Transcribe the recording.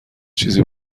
چیزی